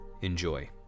Enjoy